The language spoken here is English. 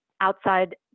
outside